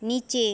নিচে